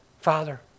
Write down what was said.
Father